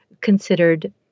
considered